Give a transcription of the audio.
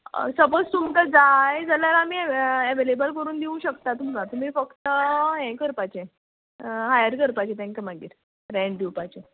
suppose तुमकां जाय जाल्यार आमी एव एवेलेबल करून दिवंक शकता तुमकां तुमी फक्त हें करपाचें हायर करपाची तेंकां मागीर रँट दिवपाचें